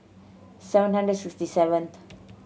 seven hundred sixty seventh